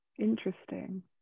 Interesting